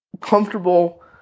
comfortable